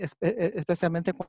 especialmente